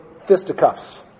fisticuffs